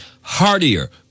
hardier